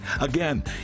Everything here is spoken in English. Again